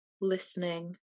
listening